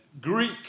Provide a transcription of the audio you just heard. greek